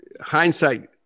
hindsight